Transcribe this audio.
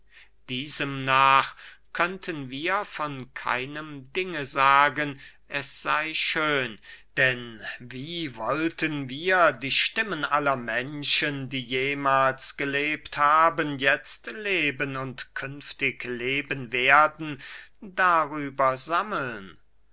diesemnach könnten wir von keinem dinge sagen es sey schön denn wie wollten wir die stimmen aller menschen die jemahls gelebt haben jetzt leben und künftig leben werden darüber sammeln